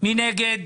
מי נגד?